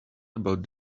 about